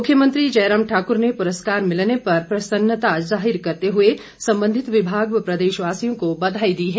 मुख्यमंत्री जयराम ठाकुर ने पुरस्कार मिलने पर प्रसन्नता ज़ाहिर करते हुए संबंधित विभाग व प्रदेशवासियों को बधाई दी है